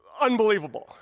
unbelievable